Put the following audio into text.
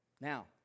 Now